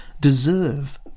deserve